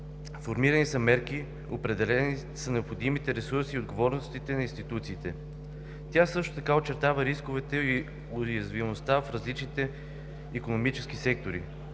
формирани мерки, определени са необходимите ресурси и отговорностите на институциите. Тя също така очертава рисковете и уязвимостта в различните икономически сектори,